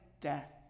death